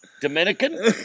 Dominican